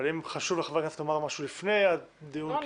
אבל אם חשוב לחברי הכנסת לומר משהו לפני אז --- לא,